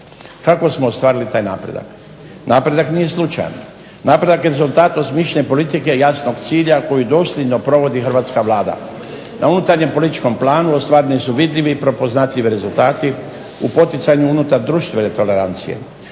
Kako smo ostvarili taj napredak? Napredak nije slučajan, napredak je rezultat osmišljene politike jasnog cilja koji dosljedno provodi Hrvatska vlada. Na unutarnjem političkom planu ostvareni su vidljivi prepoznatljivi rezultati u poticanju unutar društvene tolerancije.